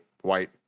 white